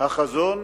החזון,